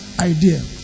idea